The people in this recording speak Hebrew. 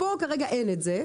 פה כרגע אין את זה,